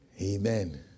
Amen